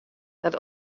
dat